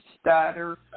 stutter